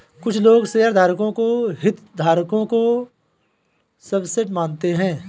कुछ लोग शेयरधारकों को हितधारकों का सबसेट मानते हैं